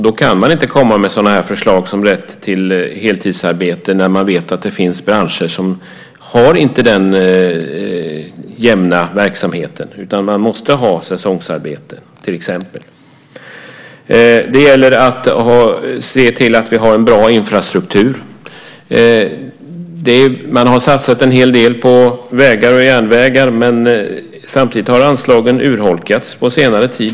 Då kan man inte komma med förslag som rätt till heltidsarbete, när man vet att det finns branscher som inte har den jämna verksamheten utan måste ha till exempel säsongsarbete. Det gäller att se till att vi har en bra infrastruktur. Man har satsat en hel del på vägar och järnvägar, men samtidigt har anslagen urholkats på senare tid.